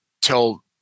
tell